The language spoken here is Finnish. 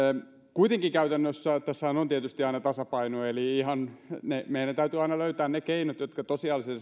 kuitenkin käytännössä tässä on tietysti aina tasapaino eli ihan se että meidän täytyy aina löytää ne keinot jotka tosiasiallisesti